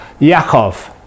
Yaakov